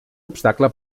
obstacle